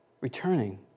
Returning